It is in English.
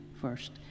first